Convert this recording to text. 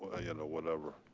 ah you know, whatever?